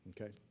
Okay